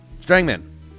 Strangman